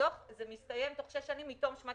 זה מסתיים תוך שש שנים מתום שנת